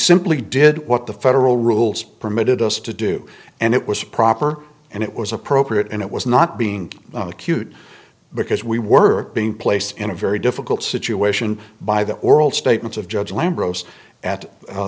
simply did what the federal rules permitted us to do and it was proper and it was appropriate and it was not being cute because we were being placed in a very difficult situation by the oral statements of judge lamb roast at